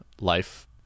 life